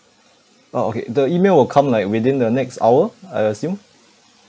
orh okay the email will come like within the next hour I assume